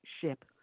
ship